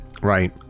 right